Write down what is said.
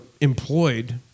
employed